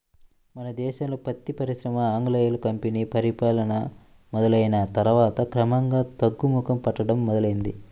మన దేశంలో పత్తి పరిశ్రమ ఆంగ్లేయుల కంపెనీ పరిపాలన మొదలయ్యిన తర్వాత క్రమంగా తగ్గుముఖం పట్టడం మొదలైంది